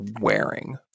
wearing